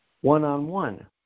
one-on-one